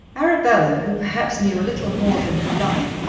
arabella, who perhaps knew a little more than her lover,